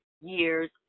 years